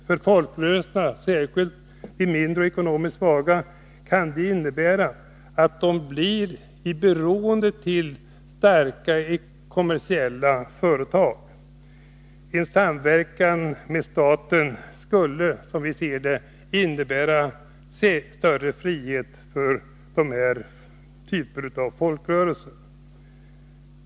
För folkrörelserna — särskilt de mindre och ekonomiskt svaga — kan det innebära att man kommer i beroendeställning till kommersiellt starka företag. En samverkan med staten skulle, som vi ser det, innebära en större frihet för dessa typer av folkrörelser.